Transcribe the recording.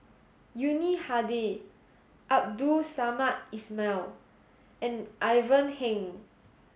Yuni Hadi Abdul Samad Ismail and Ivan Heng